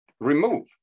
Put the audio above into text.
remove